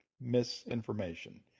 misinformation